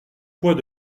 poids